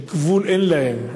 גבול אין להם,